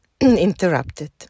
interrupted